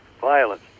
violence